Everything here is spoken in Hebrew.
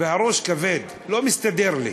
והראש כבד, לא מסתדר לי,